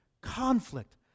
conflict